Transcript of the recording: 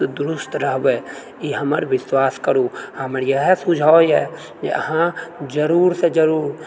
दुरुस्त रहबै ई हमर विश्वास करु हमर इएह सुझाव इएह कि अहाँ जरूरसँ जरूर